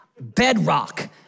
bedrock